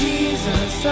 Jesus